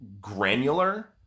granular